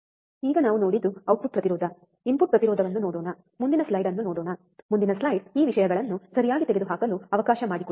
ಈಗ ನಾವು ನೋಡಿದ ಔಟ್ಪುಟ್ ಪ್ರತಿರೋಧ ಇನ್ಪುಟ್ ಪ್ರತಿರೋಧವನ್ನು ನೋಡೋಣ ಮುಂದಿನ ಸ್ಲೈಡ್ ಅನ್ನು ನೋಡೋಣ ಮುಂದಿನ ಸ್ಲೈಡ್ ಈ ವಿಷಯಗಳನ್ನು ಸರಿಯಾಗಿ ತೆಗೆದುಹಾಕಲು ಅವಕಾಶ ಮಾಡಿಕೊಡಿ